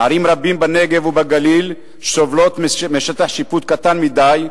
ערים רבות בנגב ובגליל סובלות משטח שיפוט קטן מדי,